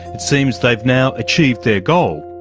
it seems they have now achieved their goal.